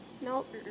Nope